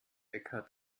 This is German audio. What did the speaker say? eckhart